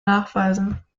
nachweisen